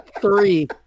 three